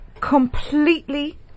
completely